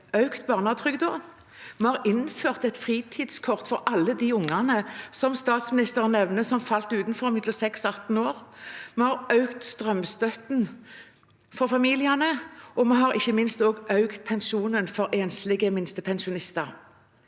økt barnetrygden, og vi har innført et fritidskort for alle de ungene som statsministeren nevner, som falt utenfor – de mellom 6 år og 18 år. Vi har økt strømstøtten for familiene, og vi har ikke minst økt pensjonen for enslige minstepensjonister.